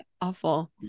awful